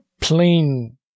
plain